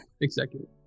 Executive